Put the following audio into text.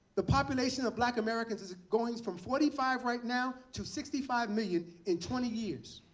the population of black america is is going from forty five right now to sixty five million in twenty years.